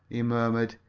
he murmured.